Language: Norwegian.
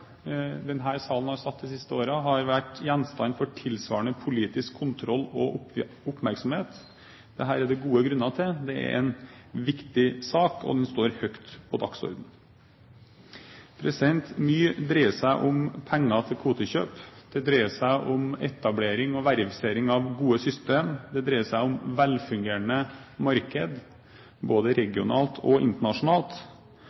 salen har satt de siste åra, har vært gjenstand for tilsvarende politisk kontroll og oppmerksomhet. Det er gode grunner til det, for dette er en viktig sak, og den står høyt på dagsordenen. Mye dreier seg om penger til kvotekjøp, det dreier seg om etablering og verifisering av gode system, det dreier seg om velfungerende marked – både regionalt